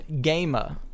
gamer